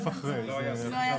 אנחנו